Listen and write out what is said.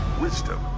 wisdom